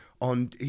on